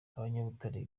abanyabutare